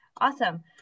Awesome